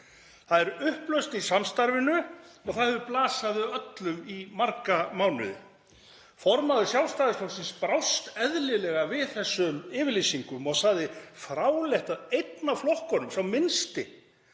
Það er upplausn í samstarfinu og það hefur blasað við öllum í marga mánuði. Formaður Sjálfstæðisflokksins brást eðlilega við þessum yfirlýsingum og sagði fráleitt að einn af flokkunum, sá minnsti,